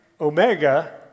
Omega